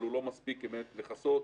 אבל הוא לא מספיק כדי לכסות